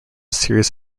series